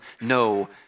no